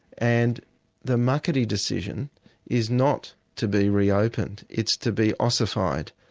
and the muckaty decision is not to be reopened, it's to be ossified,